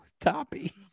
Toppy